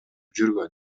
жүргөн